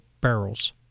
barrels